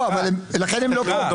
לכן הם לא כאן.